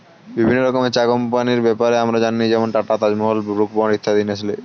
বিভিন্ন রকমের চা কোম্পানির ব্যাপারে আমরা জানি যেমন Tata, Taj Mahal, Brooke Bond, Nestle